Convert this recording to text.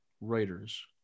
writers